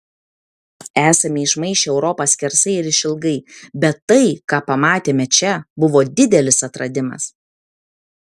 esame išmaišę europą skersai ir išilgai bet tai ką pamatėme čia buvo didelis atradimas